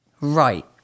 right